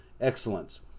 excellence